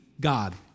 God